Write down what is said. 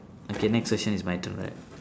okay next question is my turn right